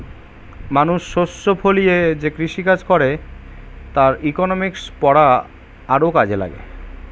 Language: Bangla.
মানুষ শস্য ফলিয়ে যে কৃষিকাজ করে তার ইকনমিক্স পড়া আরও কাজে লাগে